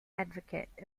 advocate